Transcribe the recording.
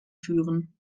führen